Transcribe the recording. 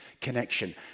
connection